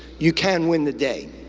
you can win the day.